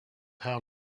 how